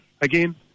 again